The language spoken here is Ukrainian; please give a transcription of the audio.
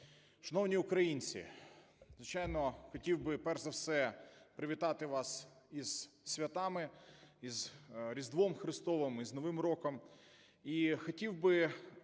Шановні українці, звичайно, хотів би перш за все привітати вас із святами: із Різдвом Христовим, із Новим роком!